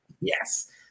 Yes